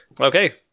Okay